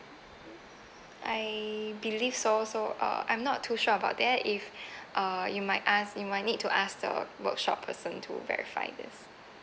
I believe so so uh I'm not too sure about that if uh you might ask you might need to ask the workshop person to verify this